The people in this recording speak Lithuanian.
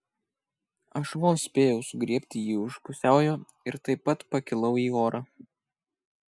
aš vos spėjau sugriebti jį už pusiaujo ir taip pat pakilau į orą